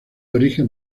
origen